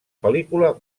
pel·lícula